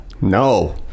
No